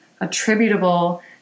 attributable